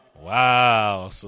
Wow